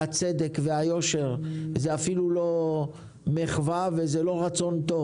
הצדק והיושר הם אפילו לא מחווה ולא רצון טוב